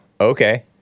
okay